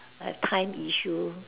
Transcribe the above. I have time issue